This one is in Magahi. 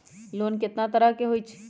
लोन केतना तरह के होअ हई?